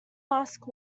masks